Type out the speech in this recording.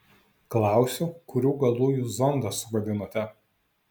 klausiu kurių galų jūs zondą sugadinote